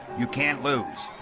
you can't lose.